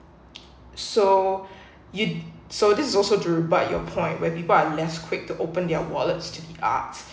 so you so this is also to rebut your point where people are less quick to open their wallets to the arts